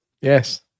Yes